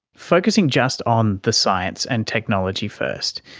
focusing just on the science and technology first,